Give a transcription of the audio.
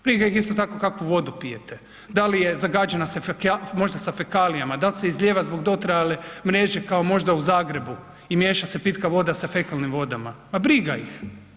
Briga ih je isto tako kakvu vodu pijete, da li je zagađena možda sa fekalijama, da li se izlijeva zbog dotrajale mreže kao možda u Zagrebu i miješa se pitka voda sa fekalnim vodama, ma briga ih.